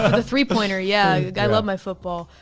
ah three pointer. yeah i love my football.